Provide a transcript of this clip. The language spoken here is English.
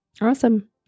Awesome